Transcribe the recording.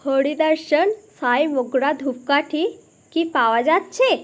হরি দর্শন সাই মোগরা ধুপকাঠি কি পাওয়া যাচ্ছে